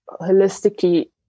holistically